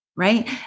right